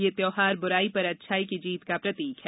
यह त्यौहार बुराई पर अच्छाई की जीत का प्रतिक है